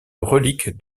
relique